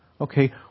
Okay